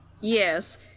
Yes